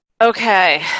okay